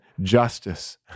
justice